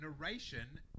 narration